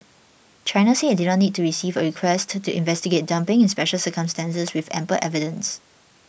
China said it did not need to receive a request to do investigate dumping in special circumstances with ample evidence